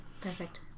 Perfect